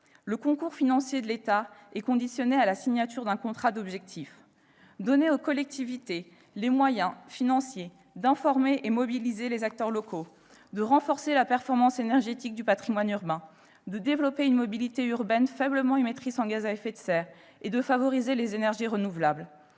Le concours financier de l'État est conditionné à la signature d'un contrat d'objectifs. Donner aux collectivités les moyens financiers d'informer et de mobiliser les acteurs locaux, de renforcer la performance énergétique du patrimoine urbain, de développer une mobilité urbaine faiblement émettrice en gaz à effet de serre et de favoriser les énergies renouvelables,